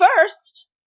first